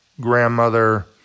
grandmother